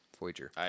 Voyager